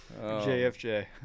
JFJ